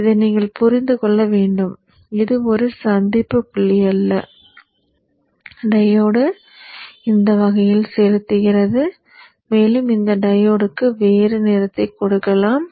இதை நீங்கள் புரிந்து கொள்ள வேண்டும் இது ஒரு சந்திப்பு புள்ளி அல்ல டையோடு இந்த வகையில் செலுத்துகிறது மேலும் இந்த டையோடுக்கு வேறு நிறத்தை கொடுக்கலாம்